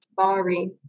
Sorry